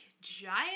giant